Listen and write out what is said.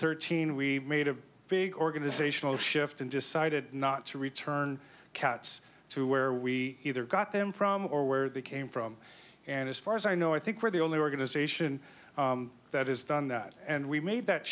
thirteen we made a big organizational shift and decided not to return cats to where we either got them from or where they came from and as far as i know i think we're the only organization that is done that and we made that